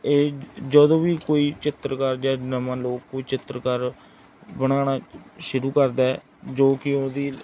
ਇਹ ਜਦੋਂ ਵੀ ਕੋਈ ਚਿੱਤਰਕਾਰ ਜਾਂ ਨਵਾਂ ਲੋਕ ਕੋਈ ਚਿੱਤਰਕਾਰ ਬਣਾਉਣਾ ਸ਼ੁਰੂ ਕਰਦਾ ਜੋ ਕਿ ਉਹਦੀ